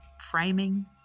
framing